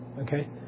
Okay